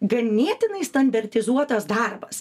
ganėtinai standartizuotas darbas